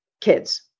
kids